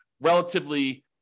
relatively